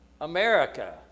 America